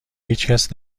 هیچکس